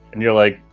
and you're like,